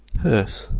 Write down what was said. hearse,